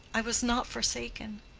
i was not forsaken.